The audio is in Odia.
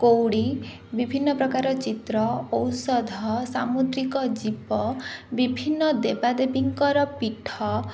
କଉଡ଼ି ବିଭିନ୍ନପ୍ରକାର ଚିତ୍ର ଔଷଧ ସାମୁଦ୍ରିକ ଜୀବ ବିଭିନ୍ନ ଦେବାଦେବୀଙ୍କର ପୀଠ